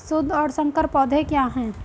शुद्ध और संकर पौधे क्या हैं?